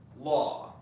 law